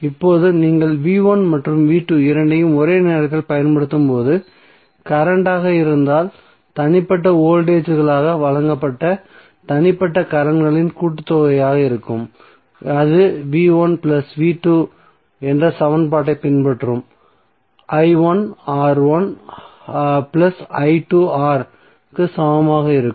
இப்போது நீங்கள் மற்றும் இரண்டையும் ஒரே நேரத்தில் பயன்படுத்தும்போது கரண்ட்டாக இருந்தால் தனிப்பட்ட வோல்டேஜ்களால் வழங்கப்பட்ட தனிப்பட்ட கரண்ட்களின் கூட்டுத்தொகையாக இருக்க வேண்டும் அது போன்ற சமன்பாட்டைப் பின்பற்றும் க்கு சமமாக இருக்கும்